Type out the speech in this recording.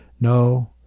No